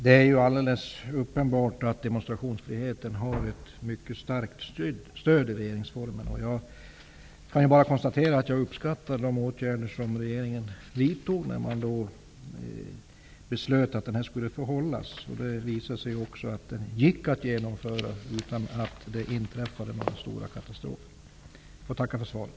Det är alldeles uppenbart att demonstrationsfriheten har ett mycket starkt stöd i regeringsformen. Jag uppskattar de åtgärder som regeringen vidtog när den beslöt att den här demonstrationen skulle få hållas. Det visade sig ju också att den gick att genomföra utan att det inträffade några stora katastrofer. Jag tackar för svaret.